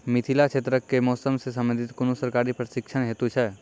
मिथिला क्षेत्रक कि मौसम से संबंधित कुनू सरकारी प्रशिक्षण हेतु छै?